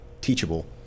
teachable